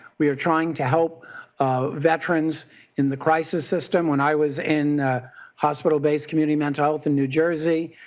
we are trying to help veterans in the crisis system. when i was in hospital-based community mental health in new jersey,